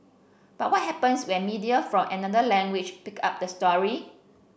but what happens when media from another language pick up the story